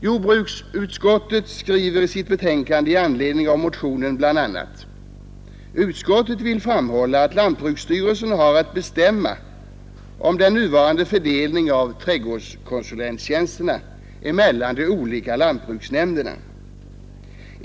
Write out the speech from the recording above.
Jordbruksutskottet framhåller i sitt betänkande i anledning av motionen bl.a. att ”lantbruksstyrelsen har att bestämma om den närmare fördelningen av trädgårdskonsulenttjänsterna mellan de olika lantbruksnämnderna.